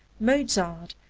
mozart,